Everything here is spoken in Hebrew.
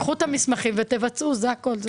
קחו את המסמכים ותבצעו, זה הכול.